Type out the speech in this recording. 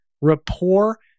rapport